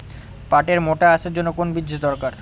পাটের মোটা আঁশের জন্য কোন বীজ দরকার?